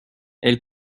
elle